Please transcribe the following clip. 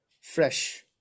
fresh